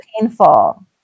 painful